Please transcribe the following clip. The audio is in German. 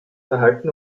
verhalten